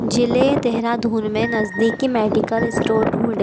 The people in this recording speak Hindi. ज़िले देहराधुन में नज़दीकी मैडिकल ईस्टोर ढूँढें